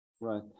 right